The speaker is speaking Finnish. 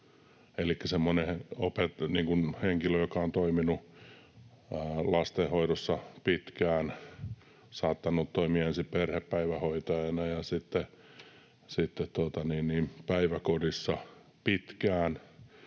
Elikkä semmoisella henkilöllä, joka on toiminut lastenhoidossa pitkään ja on saattanut toimia ensin perhepäivähoitajana ja sitten päiväkodissa pitkään,